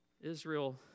Israel